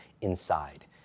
inside